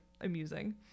amusing